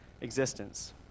existence